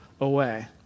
away